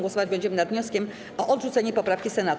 Głosować będziemy nad wnioskiem o odrzucenie poprawki Senatu.